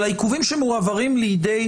של העיכובים שמועברים לידי